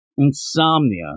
Insomnia